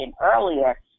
earlier